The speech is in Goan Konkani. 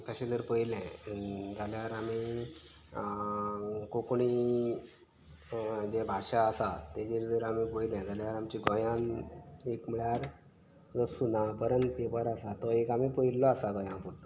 तशें जर पयलें जाल्यार आमी कोंकणी जें भाशा आसा तेजेर जर आमी पयलें जाल्यार आमचे गोंयांत एक म्हळ्यार जो सुनापरान्त पेपर आसा तो एक आमी पयल्लो आसा गोंया